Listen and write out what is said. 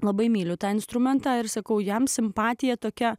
labai myliu tą instrumentą ir sakau jam simpatiją tokia